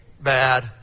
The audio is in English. bad